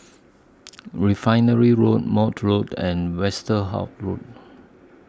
Refinery Road Maude Road and Westerhout Road